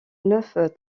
neuf